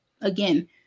Again